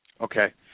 Okay